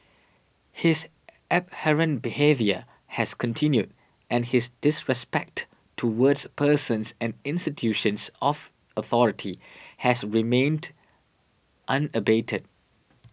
his abhorrent behaviour has continued and his disrespect towards persons and institutions of authority has remained unabated